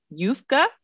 yufka